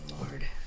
Lord